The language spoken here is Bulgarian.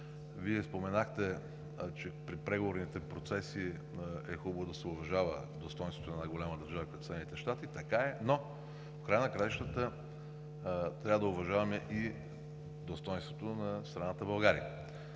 Вие споменахте, че при преговорните процеси е хубаво да се уважава достойнството на една голяма държава като Съединените щати – така е, но в края на краищата трябва да уважаваме достойнството на страната България